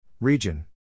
Region